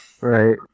Right